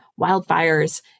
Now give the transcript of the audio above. wildfires